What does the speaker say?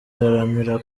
iharanira